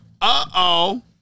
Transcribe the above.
Uh-oh